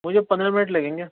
مجھے پندرہ منٹ لگیں گے